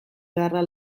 beharra